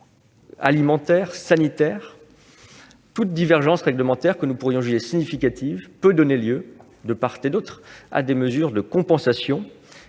alimentaires, sanitaires ... Toute divergence réglementaire jugée significative peut donner lieu, de part et d'autre, à des mesures de compensation